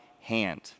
hand